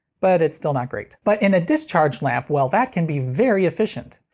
but it's still not great. but and a discharge lamp, well that can be very efficient.